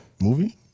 movie